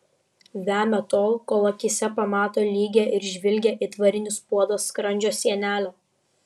vemia tol kol akyse pamato lygią ir žvilgią it varinis puodas skrandžio sienelę